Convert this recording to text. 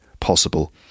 Possible